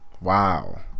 Wow